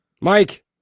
Mike